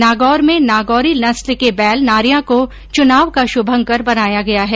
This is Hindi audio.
नागौर में नागौरी नस्ल के बैल नारयां को चुनाव का शुभंकर बनाया गया है